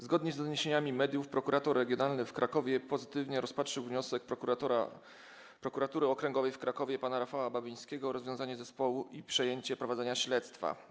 Zgodnie z doniesieniami mediów prokurator regionalny w Krakowie pozytywnie rozpatrzył wniosek prokuratora Prokuratury Okręgowej w Krakowie pana Rafała Babińskiego o rozwiązanie zespołu i przejęcie prowadzenia śledztwa.